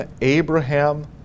Abraham